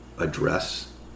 address